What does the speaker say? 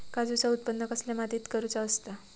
काजूचा उत्त्पन कसल्या मातीत करुचा असता?